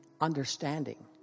understanding